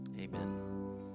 amen